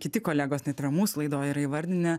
kiti kolegos net yra mūsų laidoj yra įvardinę